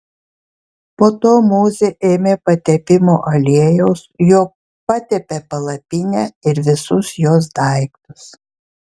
po to mozė ėmė patepimo aliejaus juo patepė palapinę ir visus jos daiktus